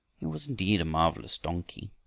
he was indeed a marvelous donkey!